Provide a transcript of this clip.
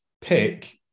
pick